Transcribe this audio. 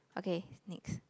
okay next